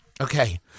Okay